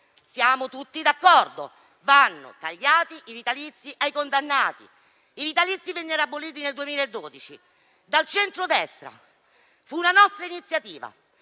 eravamo tutti d'accordo. Vanno tagliati i vitalizi ai condannati; i vitalizi vennero aboliti nel 2012 dal Centrodestra, fu una nostra iniziativa;